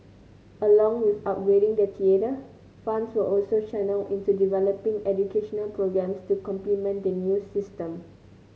along with upgrading the theatre funds were also channelled into developing educational programmes to complement the new system